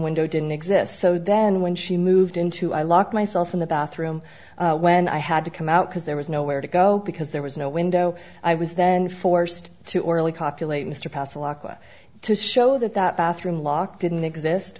window didn't exist so then when she moved into i locked myself in the bathroom when i had to come out because there was nowhere to go because there was no window i was then forced to orally copulate mr pasa locker to show that that bathroom lock didn't exist